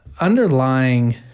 underlying